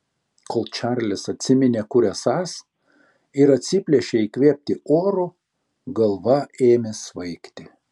kol čarlis atsiminė kur esąs ir atsiplėšė įkvėpti oro galva ėmė svaigti